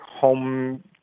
home